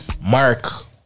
Mark